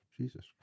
Jesus